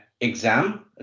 exam